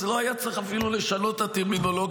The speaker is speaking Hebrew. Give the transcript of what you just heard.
אז לא היה צריך אפילו לשנות את הטרמינולוגיה.